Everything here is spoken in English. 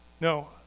No